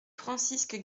francisque